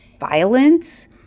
violence